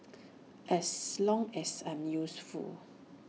as long as I'm useful